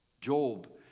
Job